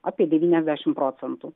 apie devyniasdešim procentų